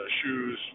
shoes